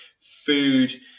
Food